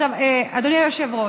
אדוני היושב-ראש,